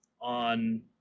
on